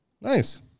Nice